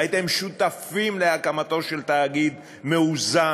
הייתם שותפים להקמתו של תאגיד מאוזן,